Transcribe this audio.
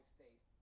faith